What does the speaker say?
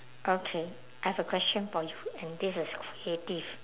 okay I have a question for you and this is creative